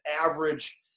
average